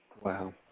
Wow